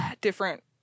different